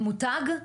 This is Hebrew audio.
מותג?